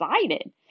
excited